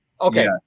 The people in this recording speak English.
Okay